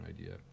idea